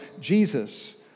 Jesus